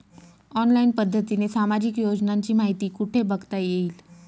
Online पद्धतीने सामाजिक योजनांची माहिती कुठे बघता येईल?